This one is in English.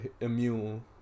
immune